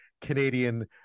Canadian